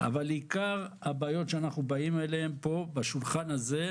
אבל עיקר הבעיות שאנחנו באים אליהם פה בשולחן הזה,